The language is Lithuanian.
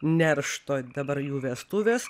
neršto dabar jų vestuvės